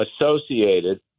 associated